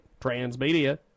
Transmedia